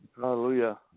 Hallelujah